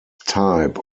type